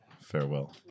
Farewell